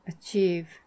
achieve